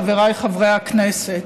חבריי חברי הכנסת,